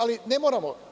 Ali, ne moramo.